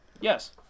Yes